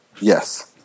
Yes